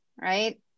right